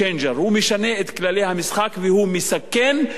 הוא משנה את כללי המשחק והוא מסכן את